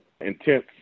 intense